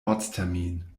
ortstermin